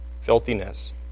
Filthiness